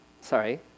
Sorry